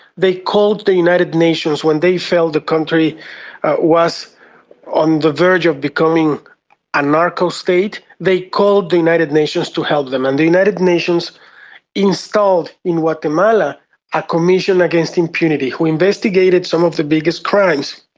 they called the united nations when they felt the country was on the verge of becoming a narco-state, they called the united nations to help them. and the united nations installed in guatemala a commission against impunity, who investigated some of the biggest crimes.